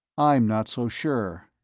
i'm not so sure.